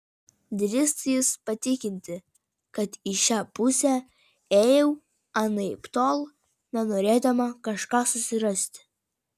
drįstu jus patikinti kad į šią pusę ėjau anaiptol ne norėdama kažką susirasti